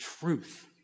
truth